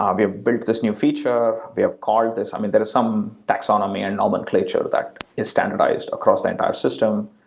um you know built this new feature. we have called this um and there is some taxonomy and nomenclature that is standardized across the entire system.